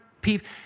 people